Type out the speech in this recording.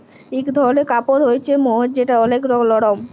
ইক ধরলের কাপড় হ্য়চে মহের যেটা ওলেক লরম